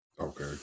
Okay